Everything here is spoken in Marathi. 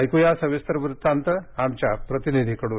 ऐकूया सविस्तर वृत्तांत आमच्या प्रतिनिधीकडून